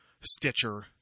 Stitcher